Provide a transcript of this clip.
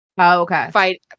Okay